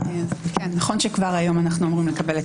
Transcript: נכון שכבר היום אנחנו אמורים לקבל את